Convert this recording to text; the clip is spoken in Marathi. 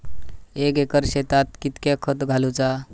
एक एकर शेताक कीतक्या खत घालूचा?